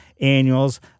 annuals